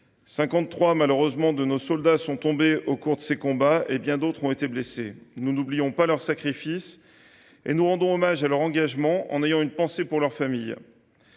Malheureusement, 53 de nos soldats sont tombés au cours de ces combats et bien d’autres ont été blessés. Nous n’oublions pas leur sacrifice et nous rendons hommage à leur engagement, en ayant une pensée pour leurs familles.